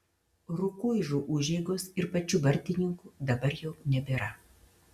rukuižų užeigos ir pačių bartininkų dabar jau nebėra